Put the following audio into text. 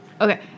okay